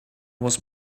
was